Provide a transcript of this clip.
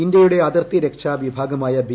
ഇന്ത്യയുടെ അതിർത്തി രക്ഷാ വിഭാഗമായ ബി